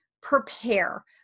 prepare